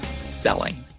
selling